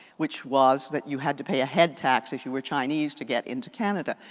which was that you had to pay a head tax if you were chinese to get into canada.